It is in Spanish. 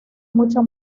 mucho